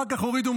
אחר כך הורידו,